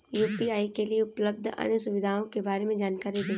UPI के लिए उपलब्ध अन्य सुविधाओं के बारे में जानकारी दें?